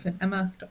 emma